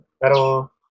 Pero